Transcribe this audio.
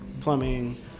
plumbing